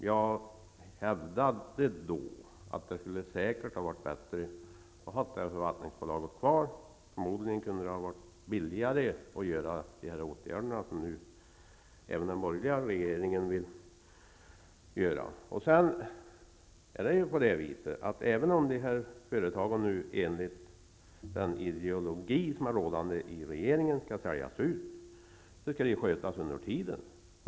Jag hävdade att det säkerligen skulle ha varit bättre att ha detta förvaltningsbolag kvar. Förmodligen hade i så fall de åtgärder som möjligen även den borgerliga regeringen är villig att vidta blivit billigare. Även om dessa företag i enlighet med regeringens ideologi skall säljas ut, skall de ändå skötas under tiden.